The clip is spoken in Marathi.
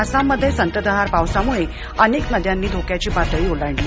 आसाममध्ये संततधार पावसामुळे अनेक नद्यांनी धोक्याची पातळी ओलांडली